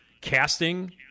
casting